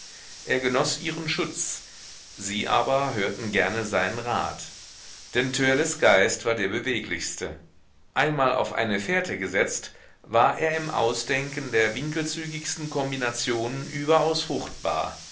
er genoß ihren schutz sie aber hörten gerne seinen rat denn törleß geist war der beweglichste einmal auf eine fährte gesetzt war er im ausdenken der winkelzügigsten kombinationen überaus